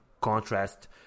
contrast